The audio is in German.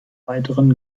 weiteren